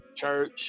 church